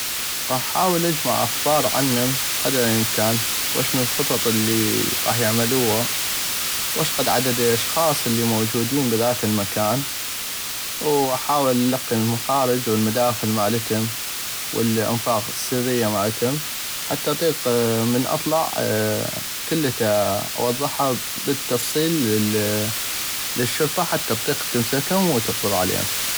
غاح اغوح اجمع اخبار عنم قدر الامكانواشنو الخطط الي غاح يعملوها واشقد عدد الاشخاص الموجودين بهذاك المكان واحاول القي المخارج والمداخل مالتم والانفاق السرية مالتم حتى اطيق من اطلع كلتا اوضحة بل التفصيل للشرطة حتى اطيق تمسكم وتقبض عليهم.